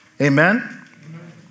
Amen